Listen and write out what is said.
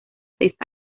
seis